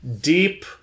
deep